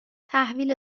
تحویل